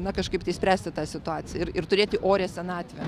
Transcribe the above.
na kažkaip išspręsti tą situaciją ir turėti orią senatvę